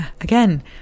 again